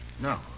No